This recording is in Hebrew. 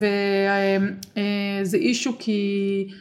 וזה אישו כי